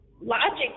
Logic